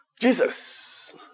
Jesus